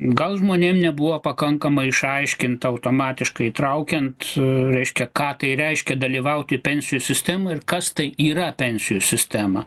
gal žmonėm nebuvo pakankamai išaiškinta automatiškai įtraukiant reiškia ką tai reiškia dalyvauti pensijų sistemoj ir kas tai yra pensijų sistema